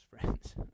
friends